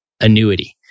annuity